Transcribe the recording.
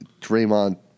Draymond